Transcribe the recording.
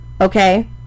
Okay